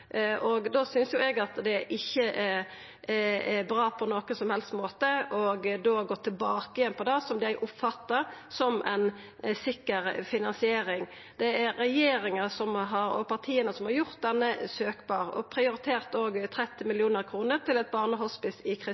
synest eg det ikkje er bra på nokon som helst måte å gå tilbake på det som dei oppfatta som ei sikker finansiering. Det er regjeringa og regjeringspartia som har gjort dette til ei søkbar ordning, og som òg har prioritert 30 mill. kr til eit barnehospice i Kristiansand, som tar veldig mykje av denne posten, medan tilbodet i